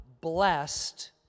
blessed